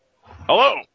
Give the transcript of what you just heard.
Hello